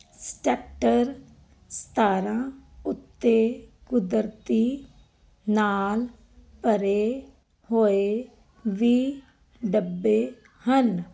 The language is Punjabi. ਸਟੈਕਟਰ ਸਤਾਰਾਂ ਉੱਤੇ ਕੁਦਰਤੀ ਨਾਲ ਭਰੇ ਹੋਏ ਵੀਹ ਡੱਬੇ ਹਨ